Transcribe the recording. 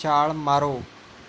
ਛਾਲ ਮਾਰੋ